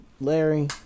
Larry